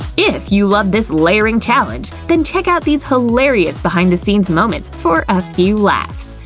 if you loved this layering challenge, then check out these hilarious behind the scenes moments for a few laughs.